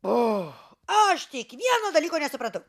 o aš tik vieno dalyko nesuprantu